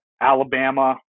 Alabama